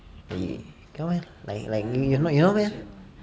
no meh like like you not meh